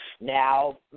now